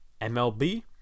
mlb